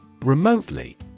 Remotely